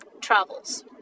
travels